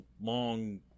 long